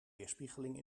weerspiegeling